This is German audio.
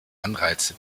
anreize